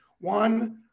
One